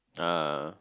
ah